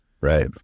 right